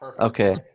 Okay